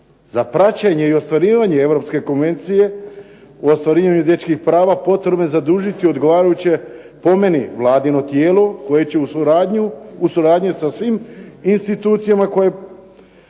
Za praćenje i ostvarivanje europske konvencije u ostvarivanju dječjih prava potrebno je zadužiti odgovarajuće po meni vladino tijelo koje će u suradnji sa svim institucijama koje